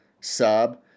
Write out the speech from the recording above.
sub